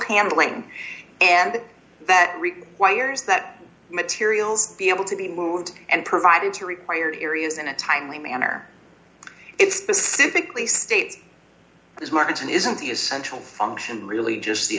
handling and that requires that materials be able to be moved and provided to required areas in a timely manner it specifically states this margin isn't the essential function really just the